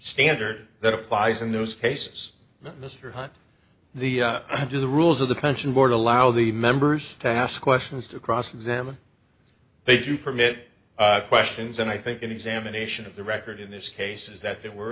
standard that applies in those cases that mr hunt the i do the rules of the pension board allow the members to ask questions to cross examine they do permit questions and i think an examination of the record in this case is that there were